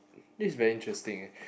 this is very interesting leh